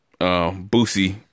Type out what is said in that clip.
boosie